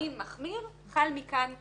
בדין מחמיר חל מכאן להבא.